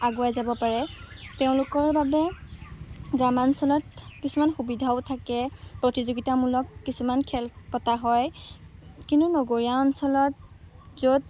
আগুৱাই যাব পাৰে তেওঁলোকৰ বাবে গ্ৰামাঞ্চলত কিছুমান সুবিধাও থাকে প্ৰতিযোগিতামূলক কিছুমান খেল পতা হয় কিন্তু নগৰীয়া অঞ্চলত য'ত